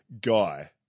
guy